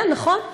כן, נכון.